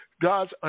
God's